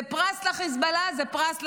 זה פרס לחיזבאללה, זה פרס לחמאס.